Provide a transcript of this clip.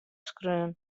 skreaun